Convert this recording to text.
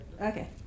okay